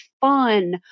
fun